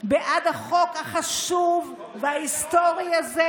בעד החוק החשוב וההיסטורי הזה